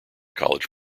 college